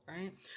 Right